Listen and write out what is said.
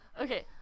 okay